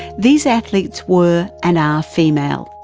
these athletes were and are female.